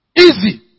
Easy